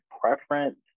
preference